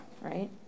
right